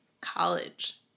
college